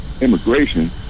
immigration